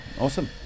awesome